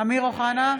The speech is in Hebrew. אמיר אוחנה,